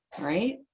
right